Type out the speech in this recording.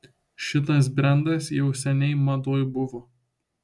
šitas brendas jau seniai madoj buvo